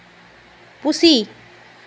ᱯᱩᱥᱤ